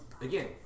Again